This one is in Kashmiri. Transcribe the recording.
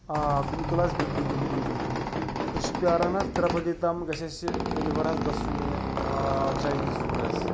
آ بِلکُل حظ بِلکُل بِلکُل بِلکُل أسۍ چھِ پیٛاران حظ ترٛےٚ بَجے تام گژھِ اَسہِ ڈیٚلِوَر حظ گژھُن یہِ چاینیٖز فُڈ حظ